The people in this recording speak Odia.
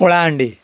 କଳାହାଣ୍ଡି